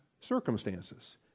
circumstances